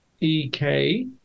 EK